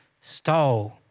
stole